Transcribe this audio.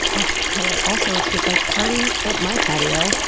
oh, killer! also, it's just like, party at my patio.